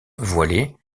voilée